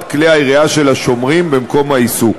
כלי הירייה של השומרים במקום העיסוק.